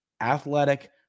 athletic